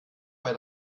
bei